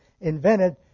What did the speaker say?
invented